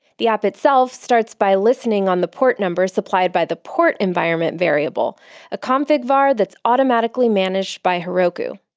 the app itself starts by listening on the port number supplied by the port environment variable, a config var that's automatically managed by heroku.